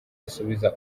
asubiza